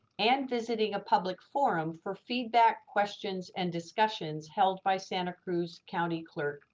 and visiting a public forum for feedback, questions, and discussions held by santa cruz county clerk,